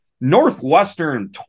Northwestern